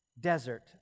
desert